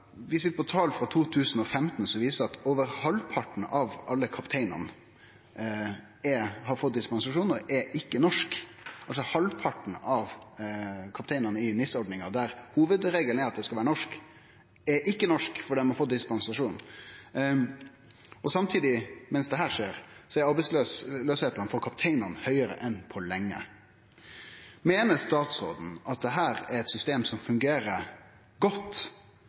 på tal frå 2015 som viser at over halvparten av alle kapteinane har fått dispensasjon og er ikkje norske. Det er altså slik at halvparten av kapteinane i NIS-ordninga, der hovudregelen er at ein skal vere norsk, er ikkje norske fordi dei har fått dispensasjon. Samtidig med at dette skjer, er arbeidsløysa for kapteinane høgare enn på lenge. Meiner statsråden at dette er eit system som fungerer godt,